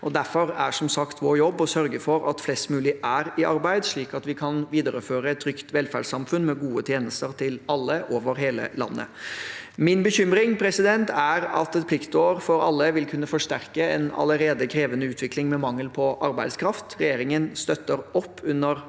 er som sagt vår jobb å sørge for at flest mulig er i arbeid, slik at vi kan videreføre et trygt velferdssamfunn med gode tjenester til alle over hele landet. Min bekymring er at et pliktår for alle vil kunne forsterke en allerede krevende utvikling med mangel på arbeidskraft. Regjeringen støtter opp under